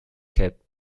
capped